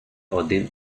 один